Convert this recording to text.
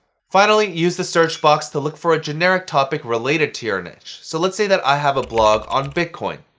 finally, use the search box to look for a generic topic related to your niche. so let's say that i have a blog on bitcoin.